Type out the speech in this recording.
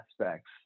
aspects